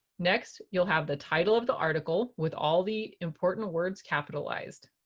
next you'll have the title of the article with all the important words capitalized.